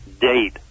date